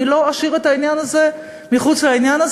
אני לא אשאיר את העניין הזה מחוץ לעניין.